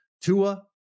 Tua